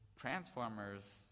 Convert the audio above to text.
transformers